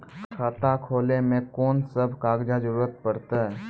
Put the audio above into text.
खाता खोलै मे कून सब कागजात जरूरत परतै?